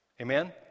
Amen